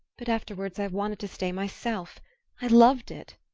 but afterwards i wanted to stay myself i loved it.